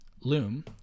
Loom